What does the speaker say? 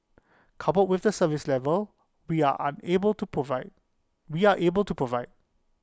coupled with the service level we are unable to provide we are able to provide